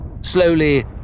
Slowly